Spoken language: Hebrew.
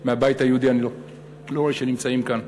מהבית היהודי אני לא רואה שנמצאים כאן,